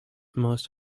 most